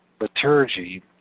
liturgy